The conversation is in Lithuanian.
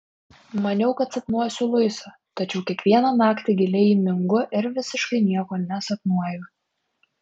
maniau kad sapnuosiu luisą tačiau kiekvieną naktį giliai įmingu ir visiškai nieko nesapnuoju